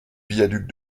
viaduc